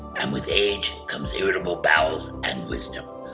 and with age comes irritable bowels and wisdom.